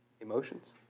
emotions